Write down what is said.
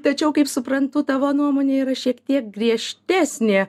tačiau kaip suprantu tavo nuomonė yra šiek tiek griežtesnė